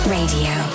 Radio